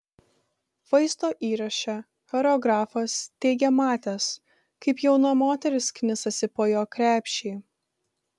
vaizdo įraše choreografas teigė matęs kaip jauna moteris knisasi po jo krepšį